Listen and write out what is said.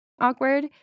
awkward